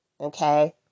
Okay